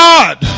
God